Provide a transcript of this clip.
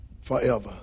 forever